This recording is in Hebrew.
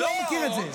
אני לא מכיר את זה.